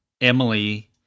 Emily